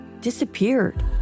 disappeared